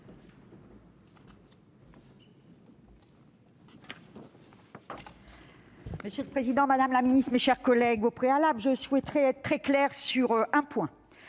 Monsieur le président, madame la ministre déléguée, mes chers collègues, au préalable, je souhaite être très claire sur un point